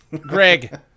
Greg